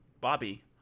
Bobby